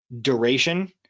duration